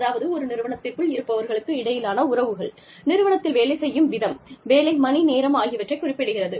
அதாவது ஒரு நிறுவனத்திற்குள் இருப்பவர்களுக்கு இடையிலான உறவுகள் நிறுவனத்தில் வேலை செய்யும் விதம் வேலை மணி நேரம் ஆகியவற்றைக் குறிப்பிடுகிறது